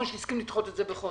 שהסכים לדחות את זה בחודש.